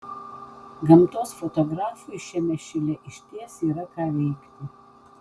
gamtos fotografui šiame šile išties yra ką veikti